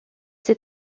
est